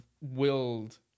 willed